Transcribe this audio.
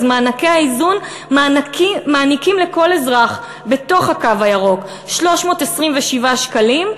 אז מענקי האיזון מעניקים לכל אזרח בתוך הקו הירוק 327 שקלים,